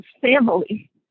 family